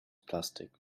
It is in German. plastik